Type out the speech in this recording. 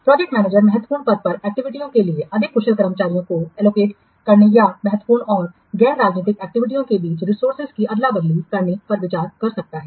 project manager महत्वपूर्ण पथ पर एक्टिविटीयों के लिए अधिक कुशल कर्मचारियों को आवंटित करने या महत्वपूर्ण और गैर राजनीतिक एक्टिविटीयों के बीच रिसोर्सेजों की अदला बदली करने पर विचार कर सकता है